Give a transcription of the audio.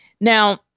Now